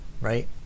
Right